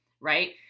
right